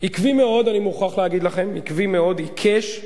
עקבי מאוד, אני מוכרח להגיד לכם, עקבי מאוד, עיקש.